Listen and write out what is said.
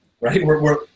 right